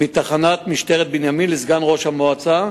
מתחנת משטרת בנימין לסגן ראש המועצה,